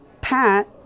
Pat